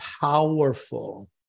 powerful